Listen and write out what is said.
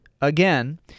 Again